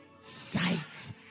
sight